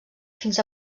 fins